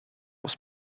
was